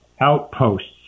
outposts